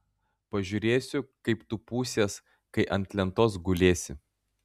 pažiūrėsiu kaip tu pūsies kai ant lentos gulėsi